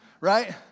right